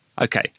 Okay